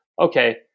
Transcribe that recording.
okay